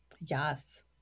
yes